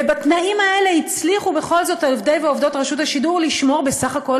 ובתנאים האלה הצליחו בכל זאת עובדי ועובדות רשות השידור לשמור בסך הכול